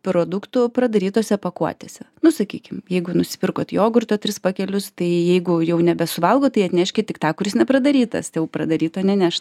produktų pradarytose pakuotėse nu sakykim jeigu nusipirkot jogurto tris pakelius tai jeigu jau nebesuvalgot tai atneškit tik tą kuris nepradarytas jau pradaryto nenešt